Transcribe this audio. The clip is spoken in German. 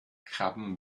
krabben